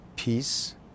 peace